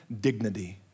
dignity